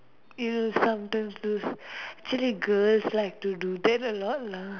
you sometimes loose actually girls like to do that a lot lah